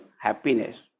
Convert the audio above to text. happiness